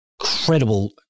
incredible –